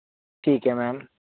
ਠੀਕ ਹੈ ਮੈਮ